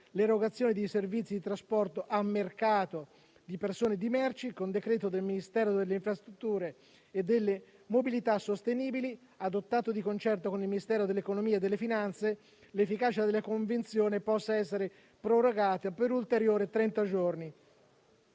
l'erogazione di servizi di trasporto a mercato di persone e di merci, con decreto del Ministero delle infrastrutture e della mobilità sostenibili, adottato di concerto con il Ministero dell'economia e delle finanze, l'efficacia delle convenzione possa essere prorogata per ulteriori trenta giorni.